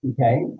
okay